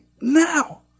now